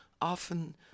often